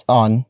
on